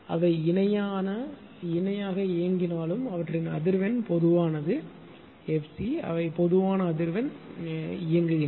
அவை இணையான இயங்கினாலும் அவற்றின் அதிர்வெண் பொதுவானது f c அவை பொதுவான அதிர்வெண் இயங்குகின்றன